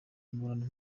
imibonano